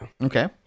Okay